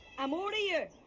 i'm over here!